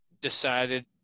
decided